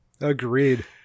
Agreed